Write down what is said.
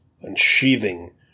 unsheathing